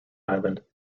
island